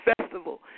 Festival